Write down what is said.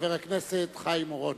חבר הכנסת חיים אורון.